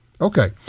Okay